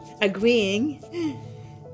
agreeing